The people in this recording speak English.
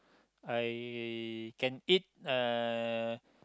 I can eat uh